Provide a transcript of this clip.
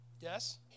Yes